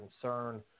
concern